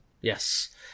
yes